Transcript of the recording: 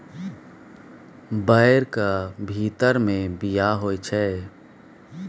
बैरक भीतर मे बीया होइ छै